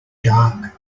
dark